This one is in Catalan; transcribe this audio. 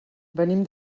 venim